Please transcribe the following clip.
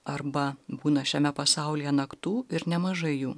arba būna šiame pasaulyje naktų ir nemažai jų